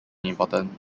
important